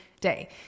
day